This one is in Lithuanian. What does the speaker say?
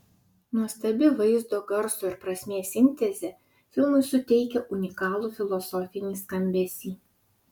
nuostabi vaizdo garso ir prasmės sintezė filmui suteikia unikalų filosofinį skambesį